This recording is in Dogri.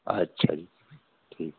अच्छा जी ठीक